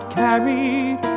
carried